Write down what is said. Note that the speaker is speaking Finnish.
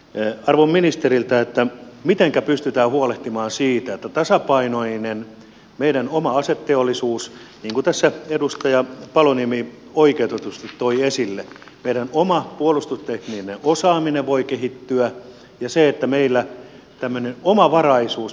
kysyisinkin arvon ministeriltä mitenkä pystytään huolehtimaan siitä että meidän oma tasapainoinen aseteollisuus niin kuin edustaja paloniemi oikeutetusti toi esille ja meidän oma puolustustekninen osaaminen voivat kehittyä ja siitä että meillä on tämmöinen omavaraisuus